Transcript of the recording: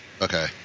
Okay